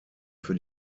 für